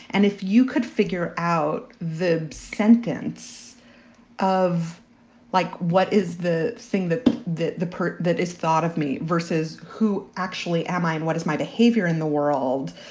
and if you could figure out the sentence of like, what is the thing that the the that is thought of me versus who actually am i and what is my behavior in the world?